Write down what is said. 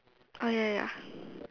oh ya ya ya